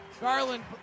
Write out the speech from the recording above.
Garland